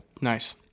Nice